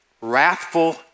wrathful